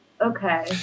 Okay